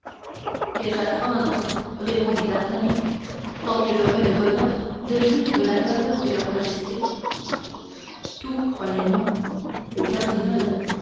qu'ai-je à craindre répondit d'artagnan tant que j'aurai le bonheur de jouir de la faveur de leurs majestés tout croyez-moi le cardinal